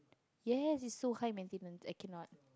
ya yes it's so high maintenance I cannot